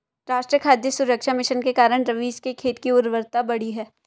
राष्ट्रीय खाद्य सुरक्षा मिशन के कारण रवीश के खेत की उर्वरता बढ़ी है